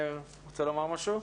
רוצה לומר משהו?